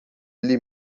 ele